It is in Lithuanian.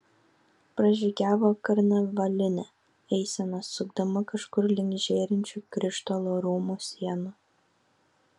pražygiavo karnavalinė eisena sukdama kažkur link žėrinčių krištolo rūmų sienų